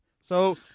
So-